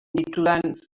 ditudan